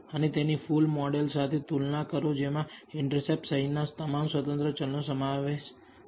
અને તેની full model સાથે તુલના કરો જેમાં ઈન્ટરસેપ્ટ સહિતના તમામ સ્વતંત્ર ચલ નો શામેલ છે